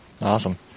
Awesome